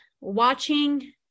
watching